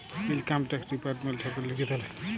income tax department ছরকারের লিচে চলে